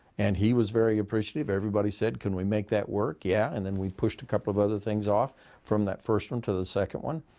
and he was very appreciative. everybody said, can we make that work? yeah. and then we pushed a couple of other things off from that first one to the second one.